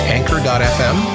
Anchor.fm